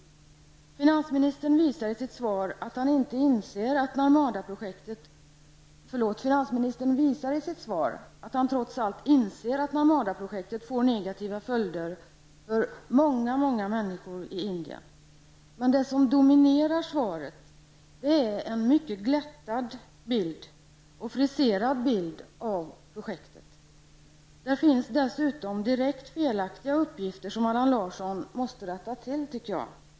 Finansministern visar i sitt svar att han trots allt inser att Narmadaprojektet får negativa följder för många människor i Indien. Men det som dominerar svaret är en mycket glättad och friserad bild av projektet. Där finns dessutom direkt felaktiga uppgifter som Allan Larsson måste rätta till.